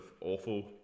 awful